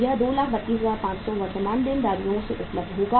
यह 232500 वर्तमान देनदारियों से उपलब्ध होगा